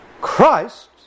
Christ